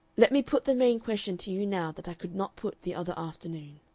let me put the main question to you now that i could not put the other afternoon.